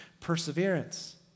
perseverance